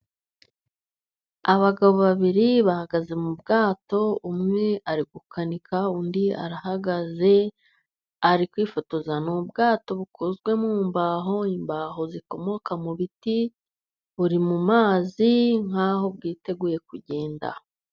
Abagabo babiri bahagaze mu bwato, umwe ari gukanika, undi arahagaze ari kwifotoza, ni ubwato bukozwe mu mbaho, imbaho zikomoka mu biti, buri mu mumazi nk'aho bwiteguye kugenda.